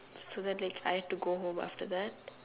so that like I have to go home after that